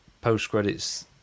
post-credits